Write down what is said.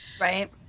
Right